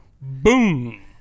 boom